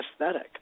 aesthetic